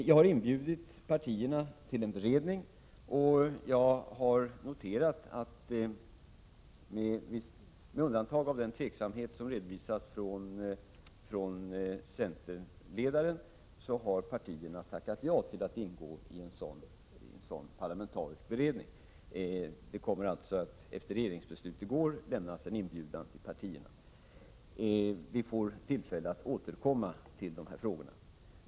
Jag har inbjudit partierna till en beredning, och med undantag för den tveksamhet som redovisas från centerledaren har partierna tackat ja till att ingå i en sådan parlamenentarisk beredning. Efter ett regeringsbeslut i går kommer en inbjudan att lämnas till partierna. Vi får alltså tillfälle att återkomma till de här frågorna.